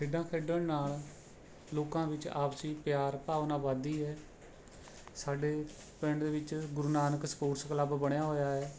ਖੇਡਾਂ ਖੇਡਣ ਨਾਲ਼ ਲੋਕਾਂ ਵਿੱਚ ਆਪਸੀ ਪਿਆਰ ਭਾਵਨਾ ਵਧਦੀ ਹੈ ਸਾਡੇ ਪਿੰਡ ਵਿੱਚ ਗੁਰੂ ਨਾਨਕ ਸਪੋਟਸ ਕਲੱਬ ਬਣਿਆ ਹੋਇਆ ਹੈ